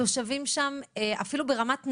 התושבים שם אפילו ברמת ניידת,